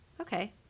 Okay